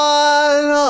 one